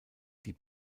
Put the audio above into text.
die